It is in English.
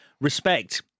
respect